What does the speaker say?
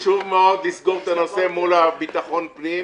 חשוב מאוד לסגור את הנושא מול ביטחון פנים,